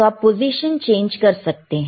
तो आप position change कर सकते हैं